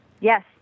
Yes